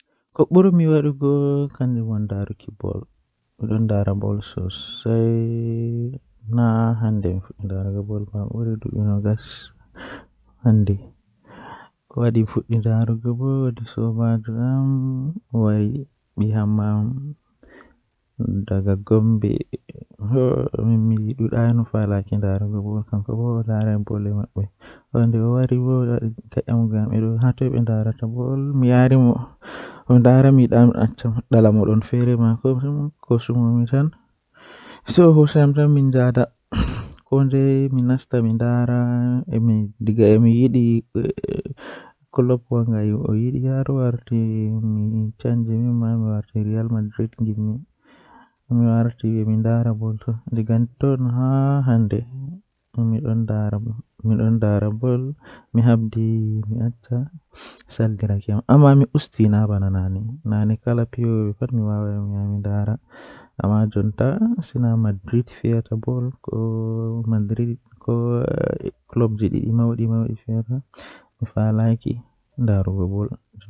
Kuugal am komi huwata kannjum woni kuugal ɗemle Miɗo waɗi gollal e ndeer ndiyanɗe e fannuɓe laawol e jamii. Miɗo jokkude e waɗde caɗeele e ɗum sabu mi njogii ko aɗa waawi waɗde. Miɗo enjoyii ngal sabu o miɗo yiɗi goɗɗum e no saama ngal.